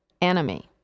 enemy